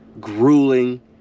grueling